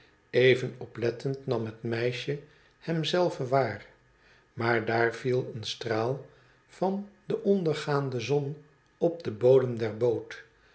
even oplettend nam het meisje hem zelven waar maar daar viel een straal van de ondergaande zon op den bodem der boot